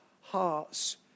hearts